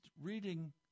reading